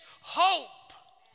hope